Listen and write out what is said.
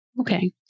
Okay